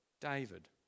David